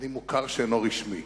אני מוכר שאינו רשמי.